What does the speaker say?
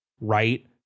right